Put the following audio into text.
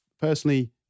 personally